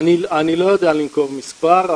אני לא יודע לנקוב מספר,